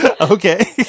Okay